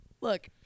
Look